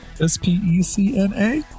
S-P-E-C-N-A